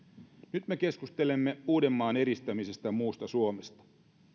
nyt me keskustelemme uudenmaan eristämisestä muusta suomesta